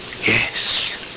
Yes